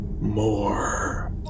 MORE